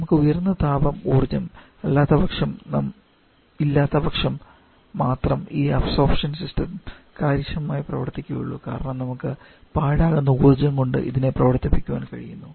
നമുക്ക് ഉയർന്ന താപ ഊർജം ഇല്ലാത്തപക്ഷം മാത്രം ഈ അബ്സോർപ്ഷൻ സിസ്റ്റം കാര്യക്ഷമമായി പ്രവർത്തിക്കുകയുള്ളൂ കാരണം നമുക്ക് പാഴാകുന്ന ഊർജ്ജം കൊണ്ട് ഇതിനെ പ്രവർത്തിപ്പിക്കുവാൻ കഴിയുന്നു